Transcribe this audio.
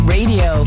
Radio